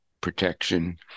protection